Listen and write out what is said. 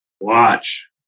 watch